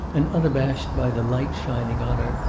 and unabashed by the light shining on her,